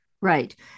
Right